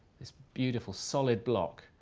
this beautiful solid block.